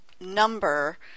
number